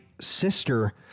sister